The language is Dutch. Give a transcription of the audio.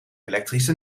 elektrische